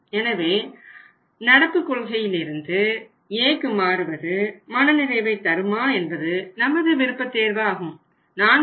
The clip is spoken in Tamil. எனவே நடப்பு கொள்கையிலிருந்து Aக்கு மாறுவது மனநிறைவை தருமா என்பது நமது விருப்பத்தேர்வை பொறுத்தது ஆகும்